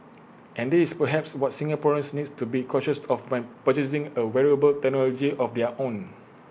and this perhaps what Singaporeans need to be cautious of when purchasing A wearable technology of their own